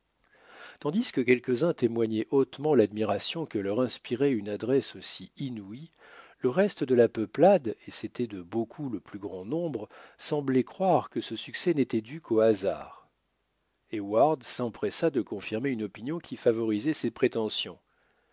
tandis que quelques-uns témoignaient hautement l'admiration que leur inspirait une adresse aussi inouïe le reste de la peuplade et c'était de beaucoup le plus grand nombre semblait croire que ce succès n'était dû qu'au hasard heyward s'empressa de confirmer une opinion qui favorisait ses prétentions